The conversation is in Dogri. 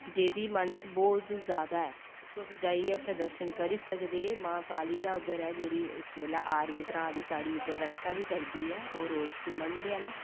जेह्दी मन्नत बोह्त ज्यादा ऐ तुस जाइयै उत्थे दर्शन करी सकदे मां काली दा उद्धर ऐ जेह्ड़ी इस बेल्लै साढ़ी आर्मी भ्राऽ दी साढ़ी उद्धर रक्षा बी करदी ऐ होर ओह् उसी मन्नदे हैन